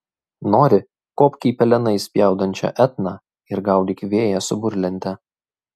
nori kopk į pelenais spjaudančią etną ar gaudyk vėją su burlente